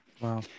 Wow